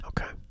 Okay